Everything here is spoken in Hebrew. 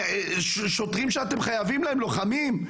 שוטרים ולוחמים שאתם חייבים להם.